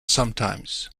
sometimes